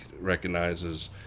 recognizes